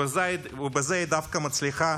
בזה היא דווקא מצליחה